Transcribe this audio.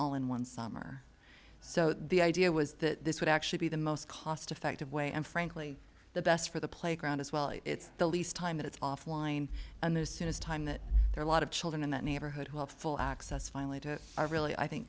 all in one summer so the idea was that this would actually be the most cost effective way and frankly the best for the playground as well it's the least time that it's offline and the soonest time that there are a lot of children in that neighborhood who have full access finally to really i think